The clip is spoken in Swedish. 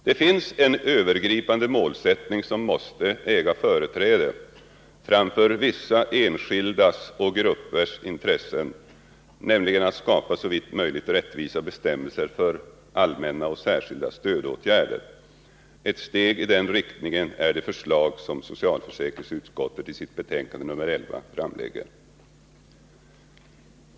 Det finns en övergripande målsättning som måste äga företräde framför vissa enskildas och gruppers intressen, nämligen att skapa såvitt möjligt 148 rättvisa bestämmelser för allmänna och särskilda stödåtgärder. Ett steg i den I riktningen är det förslag som socialförsäkringsutskottet i sitt betänkande nr 11 framlägger.